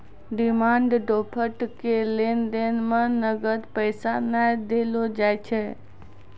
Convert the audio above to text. demand draft के लेन देन मे नगद पैसा नै देलो जाय छै